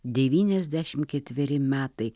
devyniasdešim ketveri metai